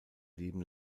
leben